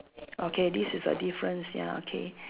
okay this is the difference ya okay